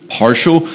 partial